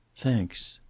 thanks.